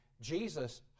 Jesus